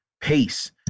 pace